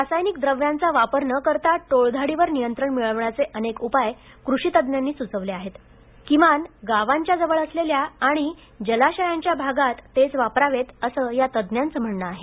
रासायनिक द्रव्यांचा वापर न करता टोळधाडी वर नियंत्रण मिळवण्याचे अनेक उपाय कृषी तज्ज्ञांनी सुचवले आहेत किमान गावांच्या जवळ असलेल्या आणि जलाशयांच्या भागात तेच वापरावेत असं या तज्ज्ञांचं म्हणणं आहे